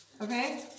Okay